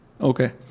Okay